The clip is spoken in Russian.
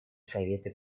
советы